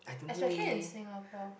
especially in Singapore